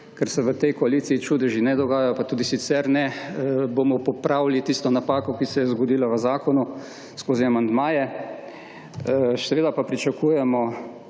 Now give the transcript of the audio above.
ker se v tej koaliciji čudeži ne dogajajo, pa tudi sicer ne, bomo popravili tisto napako, ki se je zgodila v zakonu, skozi amandmaje. Seveda pa pričakujemo